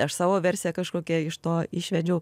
aš savo versiją kažkokią iš to išvedžiau